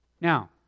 Now